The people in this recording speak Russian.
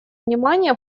внимание